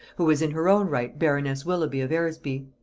who was in her own right baroness willoughby of eresby.